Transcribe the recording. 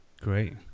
Great